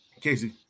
Casey